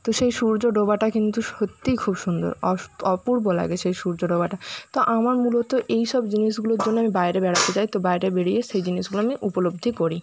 তো সেই সূর্য ডোবাটা কিন্তু সত্যিই খুব সুন্দর অপূর্ব লাগে সেই সূর্য ডোবাটা তো আমার মূলত এই সব জিনিসগুলোর জন্য আমি বাইরে বেড়াতে যাই তো বাইরে বেরিয়ে সেই জিনিসগুলো আমি উপলব্ধি করি